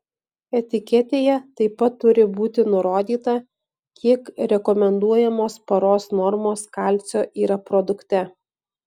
etiketėje taip pat turi būti nurodyta kiek rekomenduojamos paros normos kalcio yra produkte